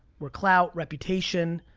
where clout, reputation,